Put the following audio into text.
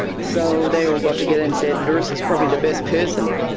so they all got together and said larisa is probably the best person.